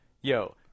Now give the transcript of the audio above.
yo